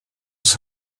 ist